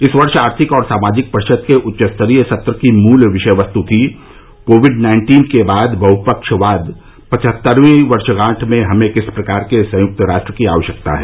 इस वर्ष आर्थिक और सामाजिक परिषद के उच्च स्तरीय सत्र की मूल विषयवस्तु थी कोविड नाइन्टीन के बाद बहुफ्सवाद पचहत्तरवीं वर्षगांठ में हमें किस प्रकार के संयुक्त राष्ट्र की आवश्यकता है